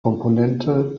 komponente